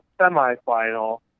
semi-final